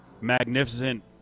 magnificent